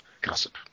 Gossip